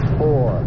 four